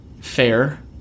fair